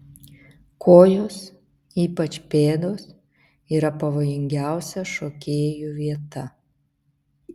kojos ypač pėdos yra pavojingiausia šokėjų vieta